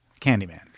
Candyman